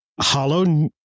hollow